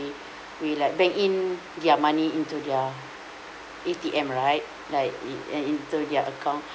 we like bank in their money into their A_T_M right like in into their account